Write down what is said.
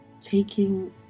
taking